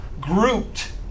grouped